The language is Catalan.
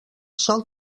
sol